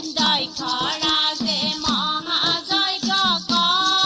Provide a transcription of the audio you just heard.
da da da da ah da da da